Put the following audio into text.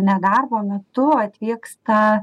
na darbo metu atvyksta